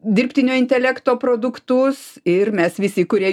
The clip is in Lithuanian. dirbtinio intelekto produktus ir mes visi kurie